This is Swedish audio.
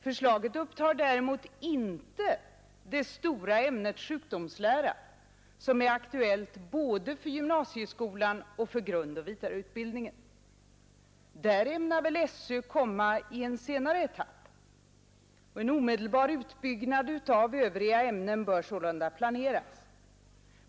Förslaget upptar däremot inte det stora ämnet sjukdomslära, som är aktuellt både för gymnasieskolan och för grundoch vidareutbildningen. Där ämnar väl SÖ komma igen i en senare etapp. En omedelbar utbyggnad av övriga ämnen bör sålunda planeras.